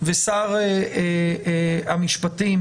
ושר המשפטים,